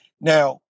Now